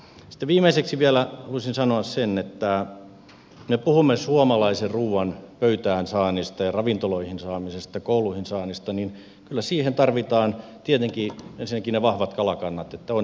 sitten viimeiseksi vielä haluaisin sanoa sen että kun me puhumme suomalaisen ruoan pöytään saamisesta ja ravintoloihin saamisesta kouluihin saamisesta niin kyllä siihen tietenkin tarvitaan ensinnäkin ne vahvat kalakannat että on mitä kalastaa